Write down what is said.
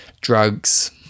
drugs